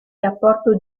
rapporto